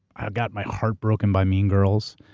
i got my heartbroken by mean girls.